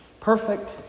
Perfect